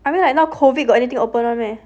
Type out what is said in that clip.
I mean like now COVID got anything open [one] meh